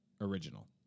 original